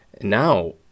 now